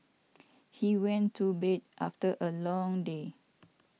he went to bed after a long day